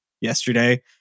yesterday